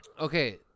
Okay